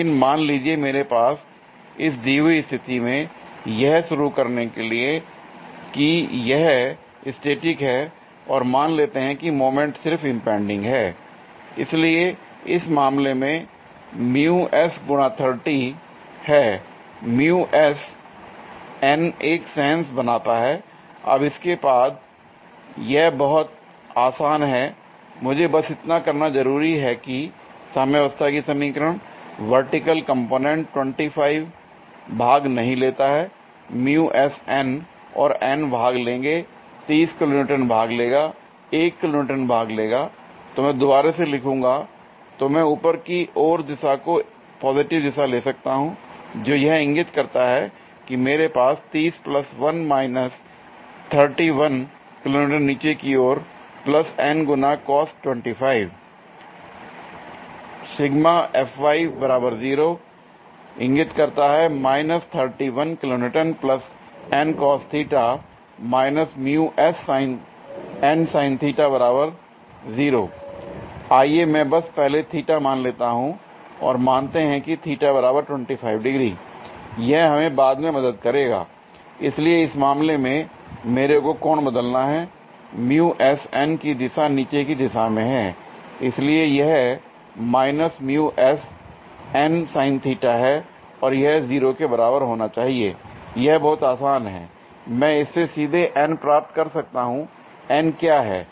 लेकिन मान लीजिए मेरे पास इस दी हुई स्थिति में यह शुरू करने के लिए यह स्टैटिक है और मान लेते हैं कि मोमेंट सिर्फ इंपैंडिंग है l इसलिए इस मामले में है एक सेंस बनाता है l अब इसके बाद यह बहुत आसान है l मुझे बस इतना करना जरूरी है कि साम्यावस्था की समीकरण वर्टिकल कंपोनेंट्स 25 भाग नहीं लेता है और N भाग लेंगे 30 किलो न्यूटन भाग लेगा 1 किलो न्यूटन भाग लेगा l तो मैं दोबारा से लिखूंगा तो मैं ऊपर की ओर की दिशा को पॉजिटिव दिशा ले सकता हूं जो यह इंगित करता है कि मेरे पास 30 प्लस 1 माइनस 31 किलो न्यूटन नीचे की ओर प्लस N गुना cos 25 l आइए मैं बस पहले थीटा मान लेता हूं और मानते हैं कि यह हमें बाद में मदद करेगा इसलिए इस मामले में मेरे को कोण बदलना है l की दिशा नीचे की दिशा में है l इसलिए यह है और यह 0 के बराबर होना चाहिए l यह बहुत आसान हैं l मैं इससे सीधे N प्राप्त कर सकता हूं l N क्या है